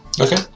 Okay